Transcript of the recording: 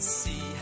see